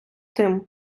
тим